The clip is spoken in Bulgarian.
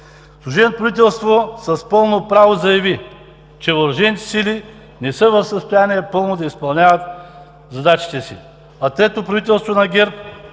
Служебното правителство с пълно право заяви, че Въоръжените сили не са в състояние пълно да изпълняват задачите си. А третото правителство на ГЕРБ